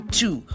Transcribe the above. two